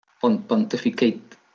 pontificate